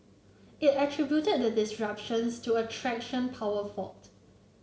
it attributed the disruptions to a traction power fault